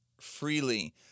freely